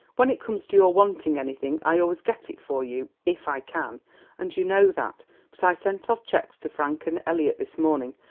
when it comes to your wanting anything i always get it for you if i can and you know that but i sent off cheques to frank and elliot this morning,